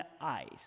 eyes